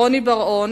רוני בר-און,